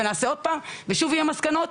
ושוב יהיו מסקנות,